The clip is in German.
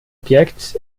objekt